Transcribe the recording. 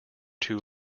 two